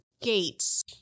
gates